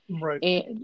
Right